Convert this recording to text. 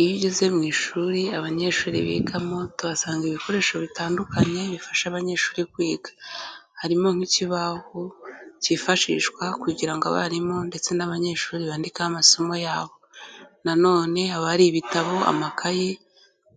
Iyo ugeze mu ishuri abanyeshuri bigamo tuhasanga ibikoresho bitandukanye bifasha abanyeshuri kwiga, harimo nk'ikibaho cyifashishwa kugira ngo abarimu ndetse n'abanyeshuri bandikeho amasomo yabo, nanone haba hari ibitabo, amakayi